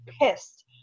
pissed